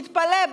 תתפלא,